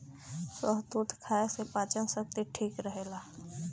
शहतूत खाए से पाचन शक्ति ठीक रहेला